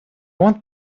want